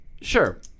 Sure